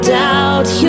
doubt